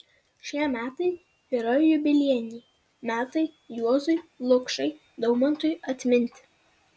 šie metai yra jubiliejiniai metai juozui lukšai daumantui atminti